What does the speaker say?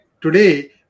today